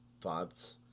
thoughts